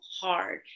hard